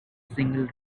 single